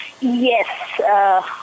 Yes